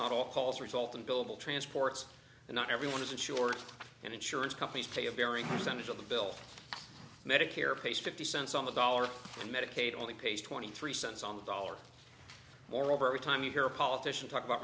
thought all calls result in billable transports and not everyone is insured and insurance companies pay a very percentage of the bill medicare pays fifty cents on the dollar and medicaid only pays twenty three cents on the dollar moreover every time you hear a politician talk about